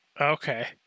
Okay